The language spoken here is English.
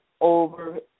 over